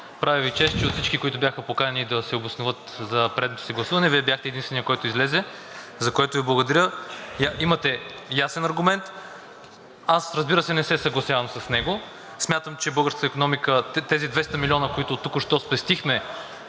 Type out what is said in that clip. прави Ви чест, че от всички, които бяха поканени да се обосноват за предното си гласуване, Вие бяхте единственият, който излезе, за което Ви благодаря. Имате ясен аргумент. Аз, разбира се, не се съгласявам с него. Смятам, че българската икономика – тези 200 милиона, които току-що спестихме,